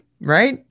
right